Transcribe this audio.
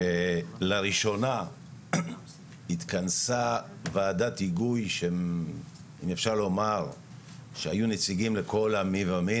לראשונה התכנסה ועדת היגוי שאם אפשר לומר שהיו נציגים לכל המי ומי.